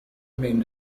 mean